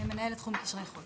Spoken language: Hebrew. מנהלת תחום קשרי חו"ל